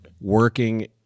working